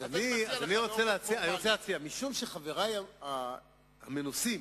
אני רוצה להציע: משום שחברי המנוסים